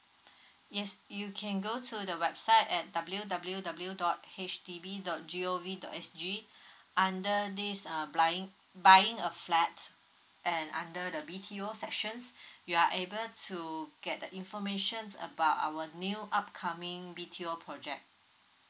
yes you can go to the website at w w w dot H D B dot g o v dot s g under this um buying buying a flat and under the BTO sections you are able to get the information about our new upcoming BTO project